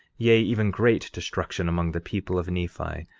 yea, even great destruction among the people of nephi,